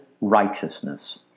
righteousness